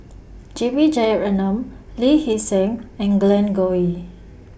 J B Jeyaretnam Lee Hee Seng and Glen Goei